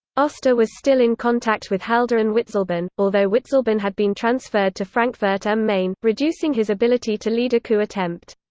oster was still in contact with halder and witzleben, although witzleben had been transferred to frankfurt am main, reducing his ability to lead a coup attempt.